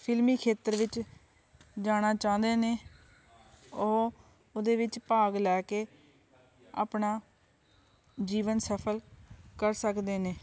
ਫਿਲਮੀ ਖੇਤਰ ਵਿੱਚ ਜਾਣਾ ਚਾਹੁੰਦੇ ਨੇ ਉਹ ਉਹਦੇ ਵਿੱਚ ਭਾਗ ਲੈ ਕੇ ਆਪਣਾ ਜੀਵਨ ਸਫਲ ਕਰ ਸਕਦੇ ਨੇ